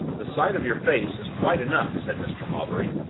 the sight of your face is quite enough, said mr. hawbury.